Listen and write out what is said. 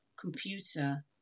computer